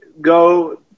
go